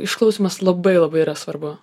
išklausymas labai labai yra svarbu